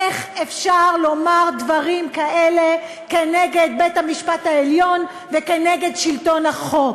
איך אפשר לומר דברים כאלה נגד בית-המשפט העליון ונגד שלטון החוק?